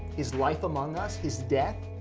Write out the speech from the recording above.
his life among us, his death,